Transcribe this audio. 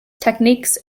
techniques